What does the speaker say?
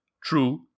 True